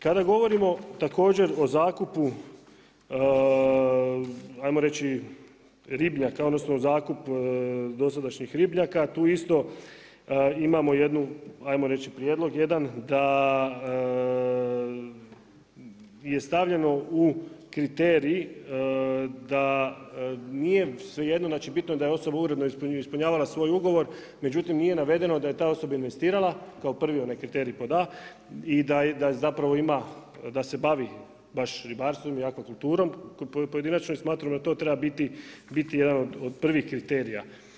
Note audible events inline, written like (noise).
Kada govorimo također o zakupu ajmo reći ribnjaka, odnosno zakup dosadašnji ribnjaka, tu isto imamo jednu, ajmo reći prijedlog jedan da je stavljeno u kriterij da nije svejedno, znači bitno je da je osoba uredno ispunjavala svoj ugovor, međutim nije navedeno da je ta osoba investirala, kao prvi onaj kriterij pod A) i da zapravo ima, da se bavi baš ribarstvom i akvakulturom. … (unintelligible) smatram da to treba biti jedan od prvih kriterija.